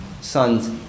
sons